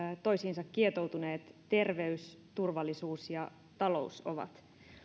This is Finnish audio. toisiinsa kietoutuneet terveys turvallisuus ja talous ovat